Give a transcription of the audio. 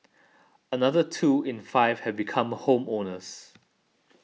another two in five have become home owners